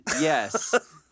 Yes